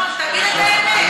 תגיד את האמת.